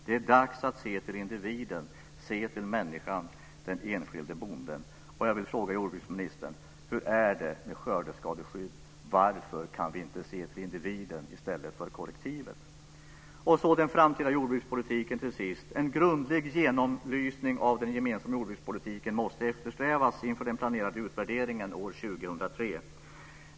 Det är dags att se till individen, till människan - den enskilda bonden. Jag vill fråga jordbruksministern: Hur är det med skördeskadeskyddet? Varför kan vi inte se till individen i stället för till kollektivet? Sedan har vi den framtida jordbrukspolitiken. En grundlig genomlysning av den gemensamma jordbrukspolitiken måste eftersträvas inför den planerade utvärderingen år 2003.